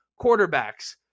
quarterbacks